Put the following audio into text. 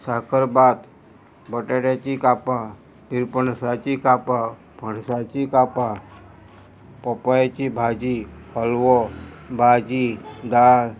साकरभात बटाट्याची कापां पिरपणसाची कापां पणसाची कापां पपयाची भाजी हलवो भाजी दाळ